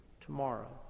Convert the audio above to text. tomorrow